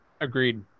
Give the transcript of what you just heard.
Agreed